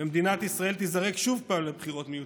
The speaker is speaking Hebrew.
ומדינת ישראל תיזרק שוב פעם לבחירות מיותרות,